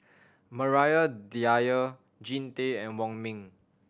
Maria Dyer Jean Tay and Wong Ming